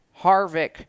Harvick